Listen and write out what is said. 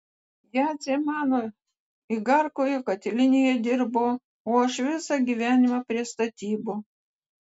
jadzė mano igarkoje katilinėje dirbo o aš visą gyvenimą prie statybų